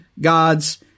God's